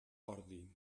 ordi